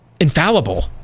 infallible